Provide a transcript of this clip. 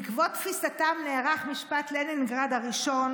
בעקבות תפיסתם נערך משפט לנינגרד הראשון